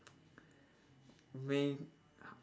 maine